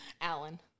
alan